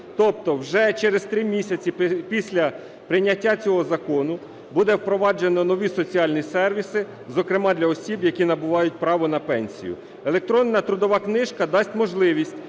Тобто вже через три місяці після прийняття цього закону буде впроваджено нові соціальні сервіси, зокрема для осіб, які набувають право на пенсію. Електронна трудова книжка дасть можливість